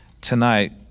tonight